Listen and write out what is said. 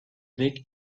big